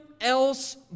else